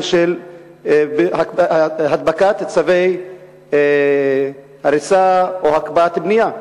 של הנפקת צווי הריסה או הקפאת בנייה.